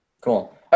Cool